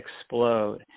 Explode